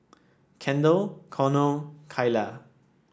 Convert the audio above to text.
Kendall Cornel and Kaela